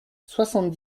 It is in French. soixante